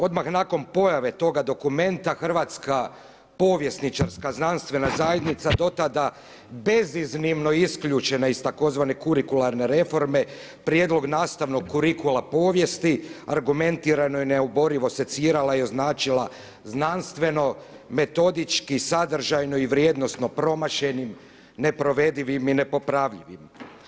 Odmah nakon pojave toga dokumenta Hrvatska povjesničarska znanstvena zajednica do tada beziznimno isključena iz tzv. kurikularne reforme, prijedlog nastavnog kurikula povijesti argumentirano i neoborivo secirala i označila znanstveno, metodički sadržajno i vrijednosno promašajnim, neprovedivim i nepopravljivim.